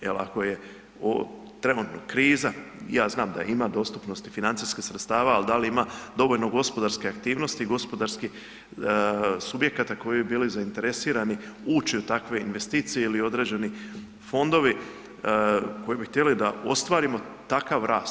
Jel ako je trenutno kriza, ja znam da ima dostupnosti financijskih sredstava, al dal ima dovoljno gospodarske aktivnosti i gospodarskih subjekata koji bi bili zainteresirani ući u takve investicije ili određeni fondovi koji bi htjeli da ostvarimo takav rast?